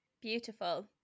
Beautiful